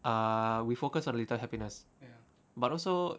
uh we focus on little happiness but also